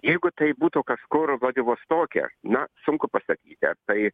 jeigu tai būtų kažkur vladivostoke na sunku pasakyti ar tai